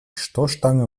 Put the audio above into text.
stoßstange